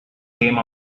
came